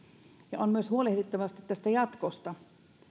ja on myös huolehdittava sitten jatkosta